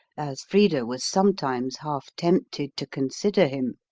as frida was sometimes half tempted to consider him.